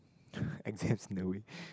I just knew it